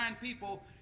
people